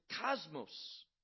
cosmos